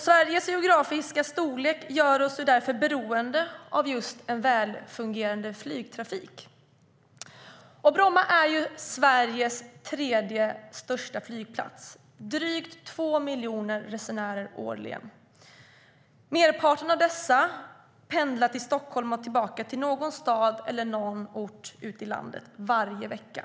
Sveriges geografiska storlek gör oss därför beroende av just en välfungerande flygtrafik. Bromma flygplats är Sveriges tredje största flygplats med drygt två miljoner resenärer årligen. Merparten av dem pendlar mellan Stockholm och någon stad eller någon ort ute i landet varje vecka.